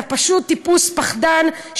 אתה פשוט טיפוס פחדן,